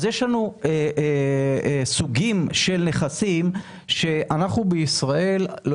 אז יש לנו סוגים של נכסים שאנחנו בישראל לא